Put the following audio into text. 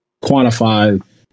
quantify